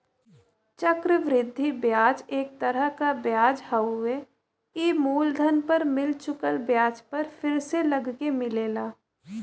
चक्र वृद्धि ब्याज एक तरह क ब्याज हउवे ई मूलधन पर मिल चुकल ब्याज पर फिर से लगके मिलेला